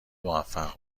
موفق